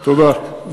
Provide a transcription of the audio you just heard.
תודה.